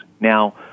Now